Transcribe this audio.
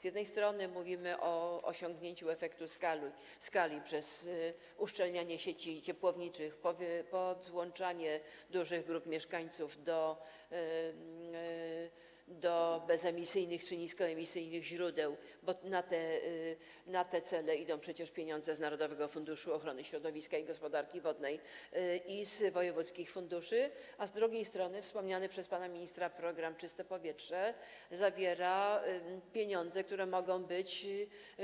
Z jednej strony mówimy o osiągnięciu efektu skali przez uszczelnianie sieci ciepłowniczych, podłączanie dużych grup mieszkańców do bezemisyjnych czy niskoemisyjnych źródeł, bo na te cele idą przecież pieniądze z Narodowego Funduszu Ochrony Środowiska i Gospodarki Wodnej i z wojewódzkich funduszy, a z drugiej strony wspomniany przez pana ministra program „Czyste powietrze” zawiera pieniądze, które mogą być,